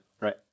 right